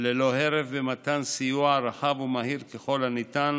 ללא הרף במתן סיוע רחב ומהיר ככל הניתן